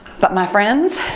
but, my friends,